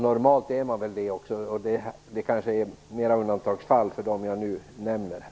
Normalt är de väl också det, och de fall jag nu nämner kanske är mer av undantag.